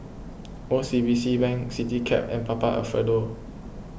O C B C Bank CityCab and Papa Alfredo